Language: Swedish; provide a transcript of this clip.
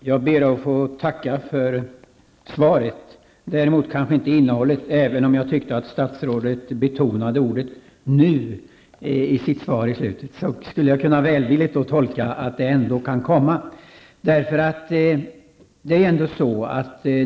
Herr talman! Jag ber att få tacka för svaret, däremot kanske inte för innehållet, även om jag tycker att statsrådet betonar ordet ''nu'' i sitt svar. Jag skulle välvilligt kunna tolka det som så att ett förslag ändå kan komma.